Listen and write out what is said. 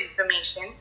information